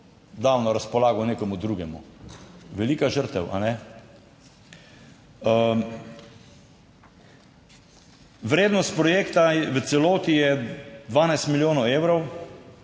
dal na razpolago nekomu drugemu. Velika žrtev, kajne? Vrednost projekta v celoti je 12 milijonov evrov.